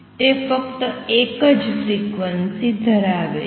તે ફક્ત એક જ ફ્રિક્વન્સી ધરાવે છે